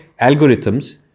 algorithms